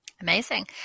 Amazing